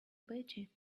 batty